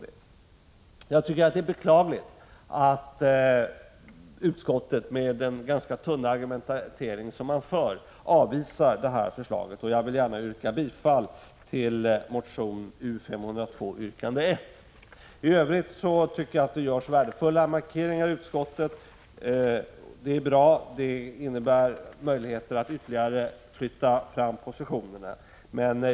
Det är beklagligt att utskottet med en så tunn argumentering avvisar detta förslag. I övrigt gör utskottet värdefulla markeringar, och det är bra — det innebär möjligheter att ytterligare flytta fram positionerna.